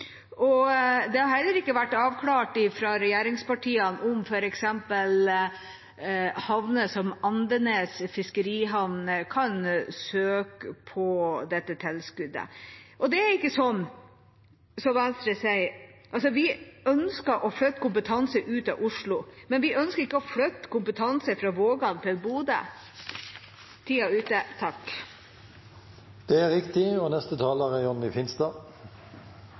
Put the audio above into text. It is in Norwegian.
miljøvernmyndighetene. Det har heller ikke vært avklart fra regjeringspartienes side om f.eks. havner som Andenes fiskerihavn kan søke på dette tilskuddet. Det er ikke slik som Venstre sier. Vi ønsker å flytte kompetanse ut av Oslo, men vi ønsker ikke å flytte kompetanse fra Vågan til Bodø. Grunnen til at jeg tok ordet, var at jeg ville korrigere det bildet som jeg synes opposisjonen tegner av denne regjeringen og